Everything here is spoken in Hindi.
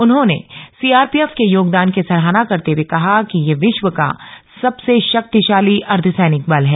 उन्होंने सीआरपीएफ के योगदान की सराहना करते हुए कहा कि यह विश्व का सबसे शक्तिशाली अर्द्धसैनिक बल है